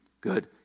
Good